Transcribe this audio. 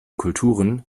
kulturen